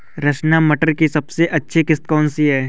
रचना मटर की सबसे अच्छी किश्त कौन सी है?